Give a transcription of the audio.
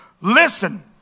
listen